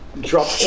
Drop